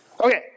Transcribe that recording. Okay